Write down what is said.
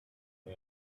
and